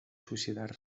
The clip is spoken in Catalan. suïcidar